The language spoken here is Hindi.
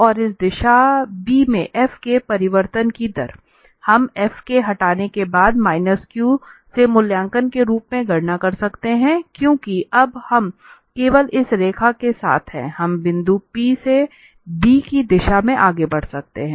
और इस दिशा b में f के परिवर्तन की दर हम f के हटने के बाद माइनस Q से मूल्यांकन के रूप में गणना कर सकते हैं क्योंकि अब हम केवल इस रेखा के साथ हैं हम बिंदु P से b की दिशा में आगे बढ़ रहे हैं